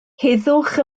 heddwch